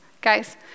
Guys